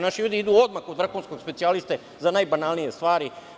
Naši ljudi idu odmah kod vrhunskog specijaliste za najbanalnije stvari.